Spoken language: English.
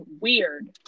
weird